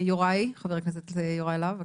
יוראי, חבר הכנסת יוראי להב, בבקשה.